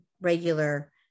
regular